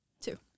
Two